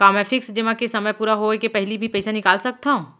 का मैं फिक्स जेमा के समय पूरा होय के पहिली भी पइसा निकाल सकथव?